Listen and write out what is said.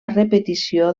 repetició